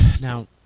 Now